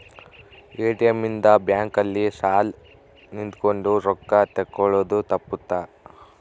ATM ಇಂದ bank ಅಲ್ಲಿ ಸಾಲ್ ನಿಂತ್ಕೊಂಡ್ ರೊಕ್ಕ ತೆಕ್ಕೊಳೊದು ತಪ್ಪುತ್ತ